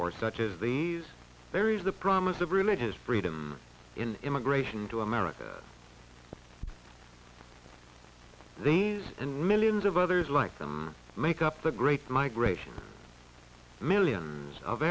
for such as these there is the promise of religious freedom in immigration to america these and millions of others like them make up the great migration millions of